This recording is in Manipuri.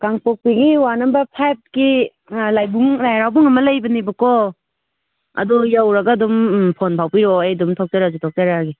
ꯀꯥꯡꯄꯣꯛꯄꯤꯒꯤ ꯋꯥꯔꯠ ꯅꯝꯕꯔ ꯐꯥꯏꯚꯀꯤ ꯂꯥꯏꯕꯨꯡ ꯂꯥꯏ ꯍꯔꯥꯎꯕꯝ ꯑꯃ ꯂꯩꯕꯅꯦꯕꯀꯣ ꯑꯗꯨ ꯌꯧꯔꯒ ꯑꯗꯨꯝ ꯐꯣꯟ ꯐꯥꯎꯕꯤꯔꯛꯑꯣ ꯑꯩ ꯑꯗꯨꯝ ꯊꯣꯛꯆꯔꯛꯑꯁꯨ ꯊꯣꯛꯆꯔꯛꯑꯒꯦ